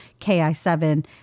ki7